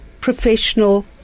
professional